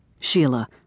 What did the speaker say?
Sheila